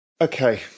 Okay